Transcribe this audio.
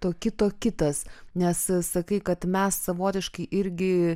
to kito kitas nes sakai kad mes savotiškai irgi